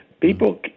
people